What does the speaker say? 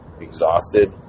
exhausted